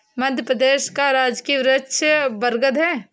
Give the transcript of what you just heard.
मध्य प्रदेश का राजकीय वृक्ष बरगद है